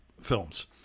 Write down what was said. films